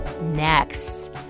Next